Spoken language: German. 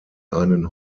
einen